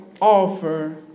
offer